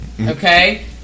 Okay